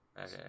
okay